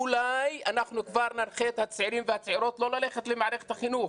אולי אנחנו כבר ננחה את הצעירים והצעירות לא ללכת למערכת החינוך,